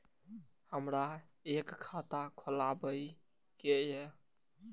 हमरा एक खाता खोलाबई के ये?